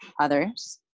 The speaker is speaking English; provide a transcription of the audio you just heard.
others